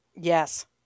Yes